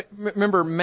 remember